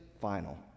final